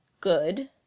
good